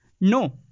No